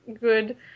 good